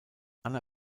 anna